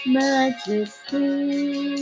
majesty